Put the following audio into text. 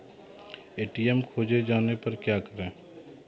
ATM खोजे जाने पर क्या करें?